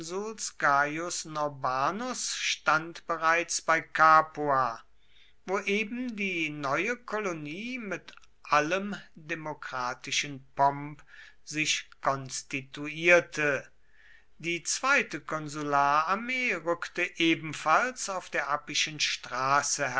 stand bereits bei capua wo eben die neue kolonie mit allem demokratischen pomp sich konstituierte die zweite konsulararmee rückte ebenfalls auf der appischen straße